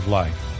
life